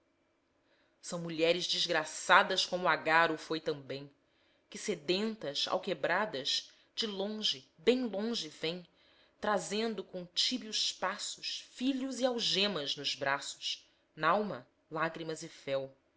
são mulheres desgraçadas como agar o foi também que sedentas alquebradas de longe bem longe vêm trazendo com tíbios passos filhos e algemas nos braços n'alma lágrimas e fel